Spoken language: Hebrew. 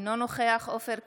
אינו נוכח עופר כסיף,